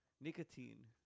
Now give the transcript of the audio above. Nicotine